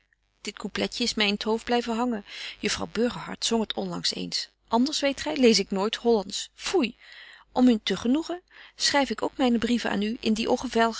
coupletje is my in t hoofd blyven hangen juffrouw burgerhart zong het onlangs eens anders weet gy lees ik nooit hollandsch foei om u te genoegen schryf ik ook myne brieven aan u in die